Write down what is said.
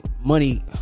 money